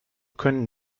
können